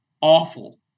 awful